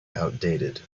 outdated